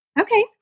Okay